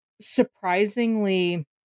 surprisingly